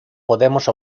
podemos